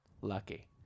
lucky